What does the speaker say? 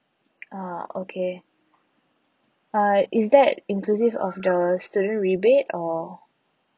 ah okay uh is that inclusive of the student rebate or